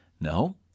No